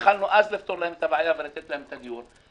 יכולנו אז לפתור להם את הבעיה ולתת להם את הדיור.